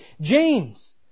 James